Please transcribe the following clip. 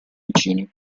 vicini